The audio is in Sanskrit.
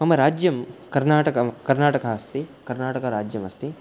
मम राज्यं कर्णाटकं कर्णाटकः अस्ति कर्णाटकराज्यम् अस्ति